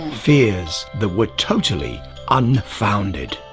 fears that were totally unfounded.